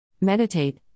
Meditate